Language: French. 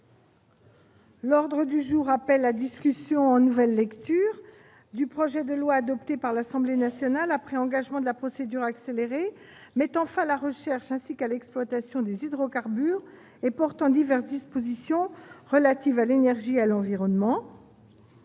L'ordre du jour appelle la discussion en nouvelle lecture du projet de loi, adopté par l'Assemblée nationale en nouvelle lecture, après engagement de la procédure accélérée, mettant fin à la recherche ainsi qu'à l'exploitation des hydrocarbures et portant diverses dispositions relatives à l'énergie et à l'environnement